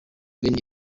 bene